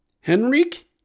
Henrik